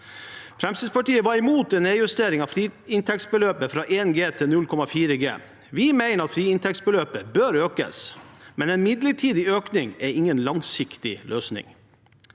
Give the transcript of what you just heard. Fremskrittspartiet var imot en nedjustering av friinntektsbeløpet fra 1 G til 0,4 G. Vi mener at friinntektsbeløpet bør økes, men en midlertidig økning er ingen langsiktig løsning.